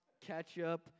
ketchup